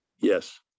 Yes